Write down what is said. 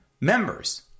members